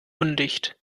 undicht